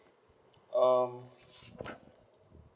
um